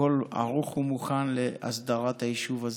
והכול ערוך ומוכן להסדרת היישוב הזה,